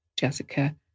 Jessica